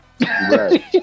Right